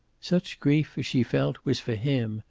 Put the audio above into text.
such grief as she felt was for him,